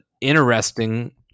interesting